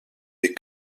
des